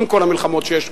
עם כל המלחמות שיש,